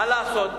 מה לעשות?